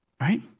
right